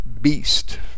beast